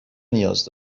نیاز